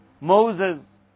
Moses